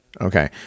Okay